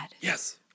Yes